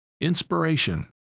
Inspiration